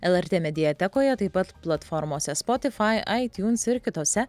lrt mediatekoje taip pat platformose spotify itunes ir kitose